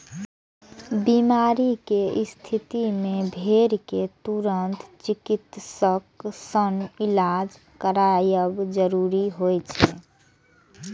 बीमारी के स्थिति मे भेड़ कें तुरंत चिकित्सक सं इलाज करायब जरूरी होइ छै